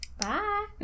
Bye